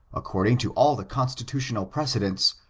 according to all the constitutional precedents,